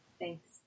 Thanks